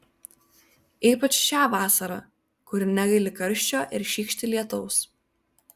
ypač šią vasarą kuri negaili karščio ir šykšti lietaus